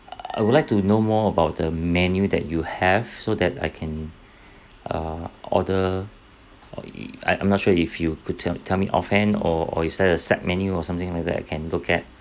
I would like to know more about the menu that you have so that I can uh order or i~ I I'm not sure if you could tell tell me offhand or or is there a set menu or something like that I can look at